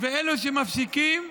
ואלו שמפסיקים,